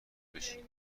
بشی